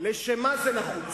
לשם מה זה נחוץ?